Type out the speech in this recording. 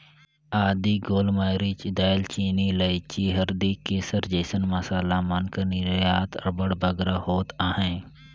आदी, गोल मरीच, दाएल चीनी, लाइची, हरदी, केसर जइसन मसाला मन कर निरयात अब्बड़ बगरा होत अहे